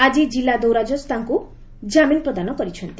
ଆଜି ଜିଲ୍ଲା ଦୌରାଜଜ୍ ତାଙ୍କୁ ଜାମିନ୍ ପ୍ରଦାନ କରିଛନ୍ତି